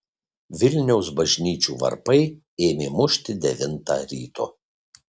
vilniaus bažnyčių varpai ėmė mušti devintą ryto